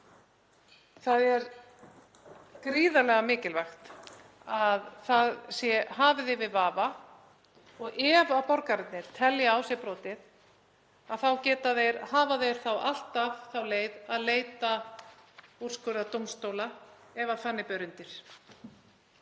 Það er gríðarlega mikilvægt að það sé hafið yfir vafa og ef borgararnir telja á sér brotið hafa þeir alltaf þá leið að leita úrskurðar dómstóla ef þannig ber undir.